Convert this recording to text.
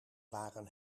waren